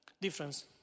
difference